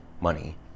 money